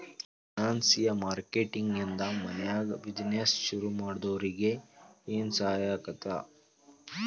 ಫೈನಾನ್ಸಿಯ marketing ನಿಂದಾ ಮನ್ಯಾಗ್ business ಶುರುಮಾಡ್ದೊರಿಗೆ ಏನ್ಸಹಾಯಾಕ್ಕಾತಿ?